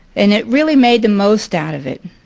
and it really made the most out of it.